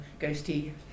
ghosty